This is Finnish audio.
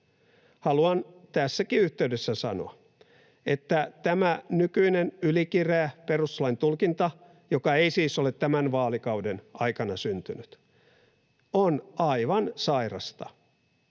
Haluan tässäkin yhteydessä sanoa, että tämä nykyinen ylikireä perustuslain tulkinta, joka ei siis ole tämän vaalikauden aikana syntynyt, on aivan sairasta.